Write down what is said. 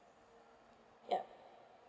yup